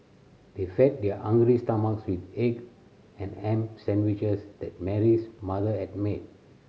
they fed their hungry stomachs with egg and ham sandwiches that Mary's mother had made